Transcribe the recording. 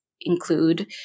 include